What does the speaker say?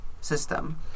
system